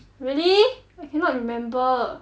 really I cannot remember